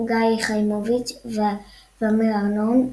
גיא חיימוביץ ואמיר ארנון,